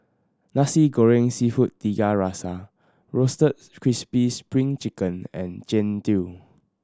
Nasi Goreng Seafood Tiga Rasa Roasted Crispy Spring Chicken and Jian Dui